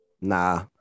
Nah